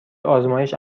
آزمایش